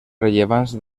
rellevants